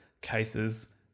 cases